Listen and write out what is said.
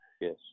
Yes